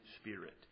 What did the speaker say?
Spirit